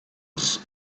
was